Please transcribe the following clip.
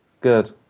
Good